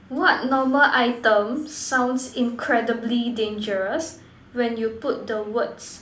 what normal item sounds incredibly dangerous when you put the words